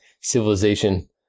civilization